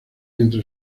entre